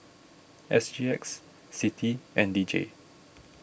S G X Citi and D J